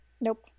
nope